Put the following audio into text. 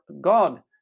God